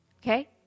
Okay